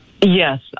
Yes